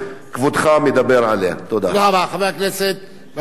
חבר הכנסת והשר לשעבר יצחק הרצוג.